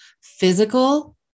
physical